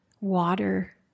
water